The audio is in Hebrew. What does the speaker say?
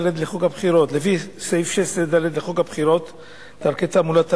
לפי סעיף 16ד לחוק הבחירות (דרכי תעמולה),